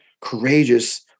courageous